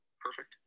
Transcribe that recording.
perfect